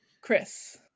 Chris